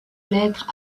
lettre